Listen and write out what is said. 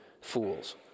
fools